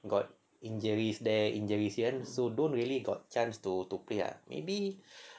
got injuries there injuries here so don't really got chance to to play ah maybe